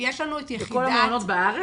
בכל המעונות בארץ?